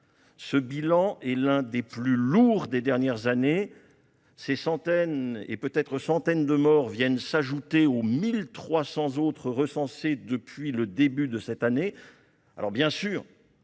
Ce bilan est l'un des plus lourds des dernières années ; ces dizaines et peut-être centaines de morts viennent s'ajouter aux 1 300 autres recensés depuis le début de 2023. Bien sûr,